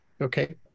Okay